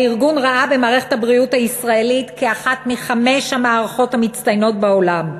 הארגון ראה במערכת הבריאות הישראלית אחת מחמש המערכות המצטיינות בעולם.